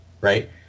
right